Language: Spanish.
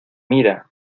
mira